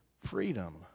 freedom